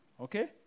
Okay